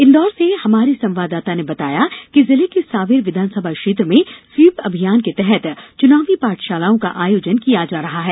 इन्दौर से हमारे संवाददाता ने बताया है कि जिले के सांवेर विधानसभा क्षेत्र में स्वीप अभियान के तहत चुनावी पाठशालाओं का आयोजन किया जा रहा है